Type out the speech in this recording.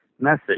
message